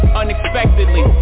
unexpectedly